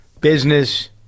Business